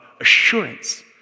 assurance